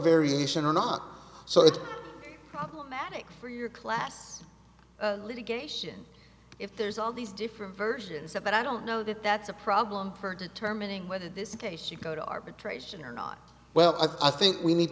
variation or not so it's for your class litigation if there's all these different versions of it i don't know that that's a problem for determining whether this case you go to arbitration or not well i think we need